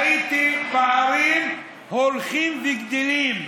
ראיתי פערים הולכים וגדלים.